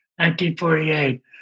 1948